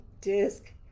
disc